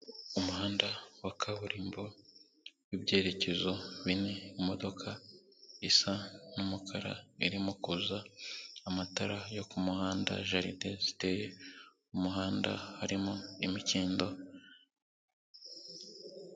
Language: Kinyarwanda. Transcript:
Umuhanda wa kaburimbo w'ibyerekezo bine, imodoka isa n'umukara irimo kuza, amatara yo ku muhanda, jaride ziteye, umuhanda, harimo n'imikindo.